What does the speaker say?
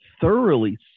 thoroughly